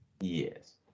Yes